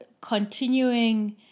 continuing